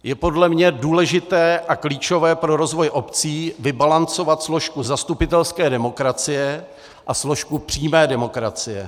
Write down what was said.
Je podle mě důležité a klíčové pro rozvoj obcí vybalancovat složku zastupitelské demokracie a složku přímé demokracie.